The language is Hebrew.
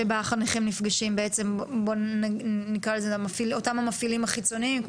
שבה חניכים נפגשים עם אותם מפעילים חיצוניים?